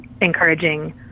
encouraging